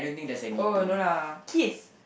oh no lah kiss